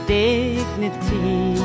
dignity